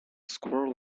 squirrel